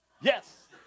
Yes